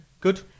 Good